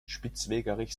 spitzwegerich